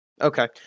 Okay